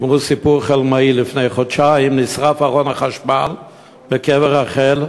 תשמעו סיפור חלמאי: לפני חודשיים נשרף ארון החשמל בקבר רחל,